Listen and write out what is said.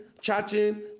chatting